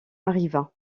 arriva